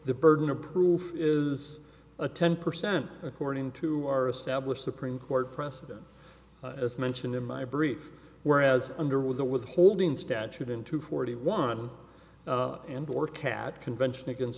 the burden of proof is a ten percent according to our established supreme court precedent as mentioned in my brief whereas under with the withholding statute into forty want an indoor cat convention against